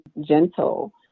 gentle